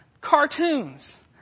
cartoons